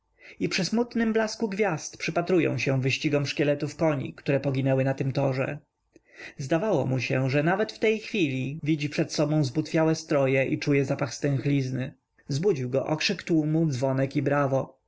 i przy smutnym blasku gwiazd przypatrują się wyścigom szkieletów koni które poginęły na tym torze zdawało mu się że nawet w tej chwili widzi przed sobą zbutwiałe stroje i czuje zapach stęchlizny zbudził go okrzyk tłumu dzwonek i brawo